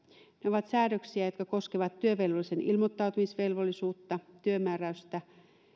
ovat säädöksiä jotka koskevat työvelvollisen ilmoittautumisvelvollisuutta työmääräystä